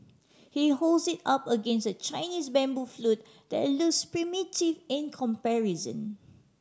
he holds it up against a Chinese bamboo flute that looks primitive in comparison